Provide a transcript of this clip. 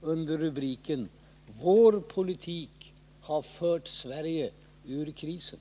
under rubriken: ”Vår politik har fört Sverige ur krisen”.